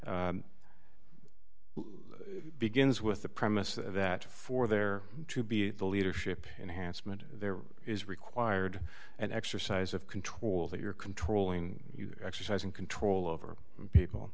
begins with the premise that for there to be the leadership enhanced meant there is required an exercise of control that you're controlling exercising control over people